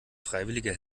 freiwillige